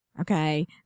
okay